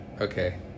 Okay